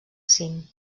cim